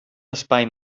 espai